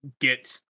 get